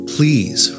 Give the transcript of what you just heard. Please